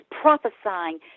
prophesying